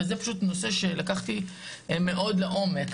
וזה פשוט נושא שאני לקחתי מאוד לעומק,